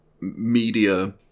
media